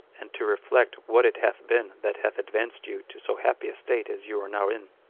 and to reflect what it hath been that hath advanced you to so happy a state as you are now in.